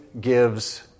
gives